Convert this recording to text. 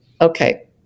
Okay